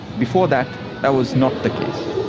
before that, that was not the case.